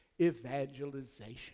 evangelization